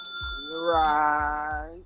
Right